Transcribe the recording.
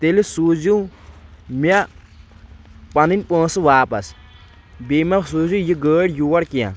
تیٚلہِ سوٗزِو مےٚ پنٕنۍ پونٛسہٕ واپس بیٚیہِ مہ سوٗزِو یہِ گٲڑۍ یور کینٛہہ